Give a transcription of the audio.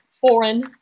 foreign